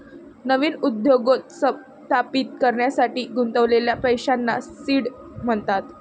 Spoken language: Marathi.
नवीन उद्योग स्थापित करण्यासाठी गुंतवलेल्या पैशांना सीड म्हणतात